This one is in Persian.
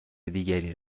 دیگری